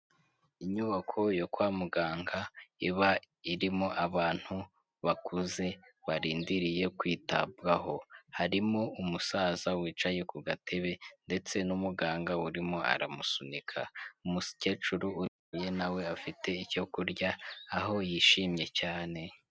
Inyubako yo kwa muganga iba irimo abantu bakuze barindiriye kwitabwaho harimo umusaza wicaye ku gatebe ndetse n'umuganga urimo aramusunika, umukecuru nawe afite icyo kurya aho yishimye cyane.